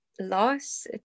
loss